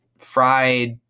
fried